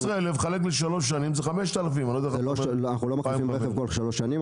15,000 לחלק לשלוש שנים זה 5,000. אנחנו לא מחליפים רכב כל שלוש שנים,